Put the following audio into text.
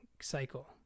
cycle